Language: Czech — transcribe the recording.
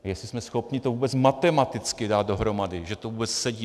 Jestli jsme schopni to vůbec matematicky dát dohromady, že to vůbec sedí.